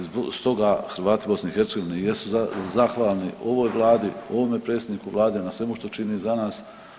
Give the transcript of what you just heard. Stoga Hrvati BiH jesu zahvalni ovoj vladi, ovome predsjedniku vlade na svemu što čini za nas.